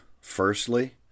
firstly